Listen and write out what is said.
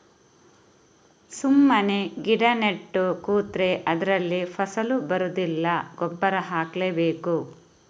ಸುಮ್ಮನೆ ಗಿಡ ನೆಟ್ಟು ಕೂತ್ರೆ ಅದ್ರಲ್ಲಿ ಫಸಲು ಬರುದಿಲ್ಲ ಗೊಬ್ಬರ ಹಾಕ್ಲೇ ಬೇಕು